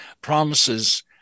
promises